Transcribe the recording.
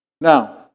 Now